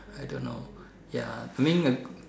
I don't know ya I mean a